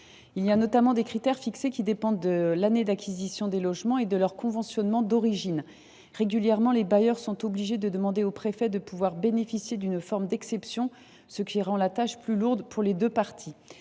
ville (QPV). Certains critères concernent l’année d’acquisition des logements et leur conventionnement d’origine. Régulièrement, les bailleurs sociaux sont obligés de demander au préfet de pouvoir bénéficier d’une forme d’exception, ce qui rend la tâche plus lourde pour les deux parties.